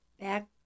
back